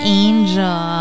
angel